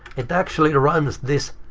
it actually runs this